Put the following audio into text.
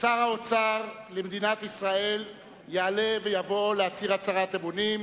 שר האוצר של מדינת ישראל יעלה ויבוא להצהיר הצהרת אמונים,